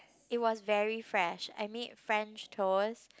it was very fresh I mean french toast